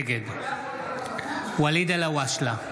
נגד ואליד אלהואשלה,